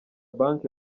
bank